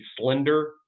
slender